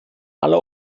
aller